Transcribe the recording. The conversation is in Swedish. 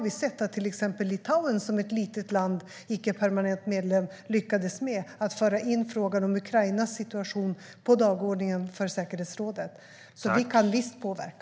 Vi såg att till exempel Litauen, som är ett litet land och icke permanent medlem, lyckades föra in frågan om Ukrainas situation på dagordningen för säkerhetsrådet. Vi kan visst påverka.